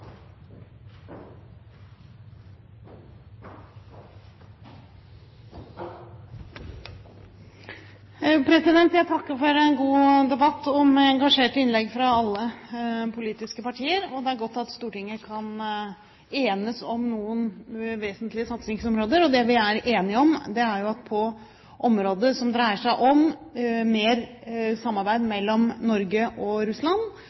godt at Stortinget kan enes om noen vesentlige satsingsområder. Det vi er enige om, er jo at på områder som dreier seg om mer samarbeid mellom Norge og Russland,